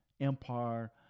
empire